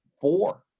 four